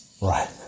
Right